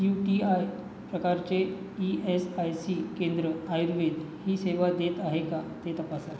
you T I प्रकारचे E S I C केंद्र आयुर्वेद ही सेवा देत आहे का ते तपासा